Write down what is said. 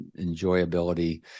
enjoyability